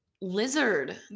lizard